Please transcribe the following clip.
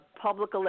public